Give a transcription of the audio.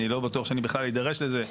אני לא בטוח שאני בכלל אדרש לזה.